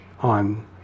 on